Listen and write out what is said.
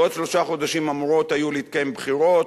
בעוד שלושה חודשים היו אמורות להתקיים בחירות.